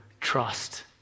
trust